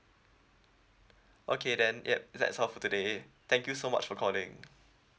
okay then yup that's all for today thank you so much for calling